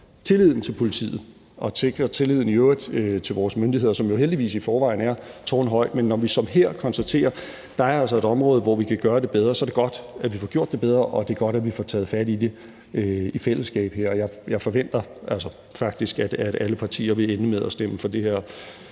tilliden i øvrigt til vores myndigheder, som jo heldigvis i forvejen er tårnhøj, men når vi som her konstaterer, at der altså er et område, hvor vi kan gøre det bedre, er det godt, at vi får det gjort bedre, og det er godt, at vi får taget fat i det i fællesskab her. Og jeg forventer faktisk, at alle partier vil ende med at stemme for det her